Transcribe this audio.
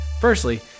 Firstly